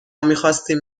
میخواستیم